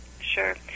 Sure